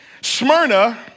Smyrna